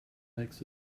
makes